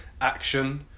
action